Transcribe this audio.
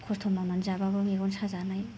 खस्थ' मावनानै जाब्लाबो मेगन साजानाय